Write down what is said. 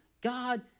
God